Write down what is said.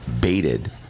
baited